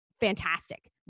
fantastic